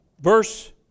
Verse